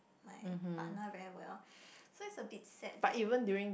my partner very well so it's a bit sad that